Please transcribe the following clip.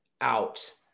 out